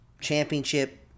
Championship